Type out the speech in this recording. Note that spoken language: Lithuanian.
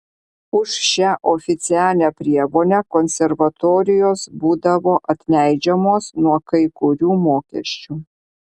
už šią oficialią prievolę konservatorijos būdavo atleidžiamos nuo kai kurių mokesčių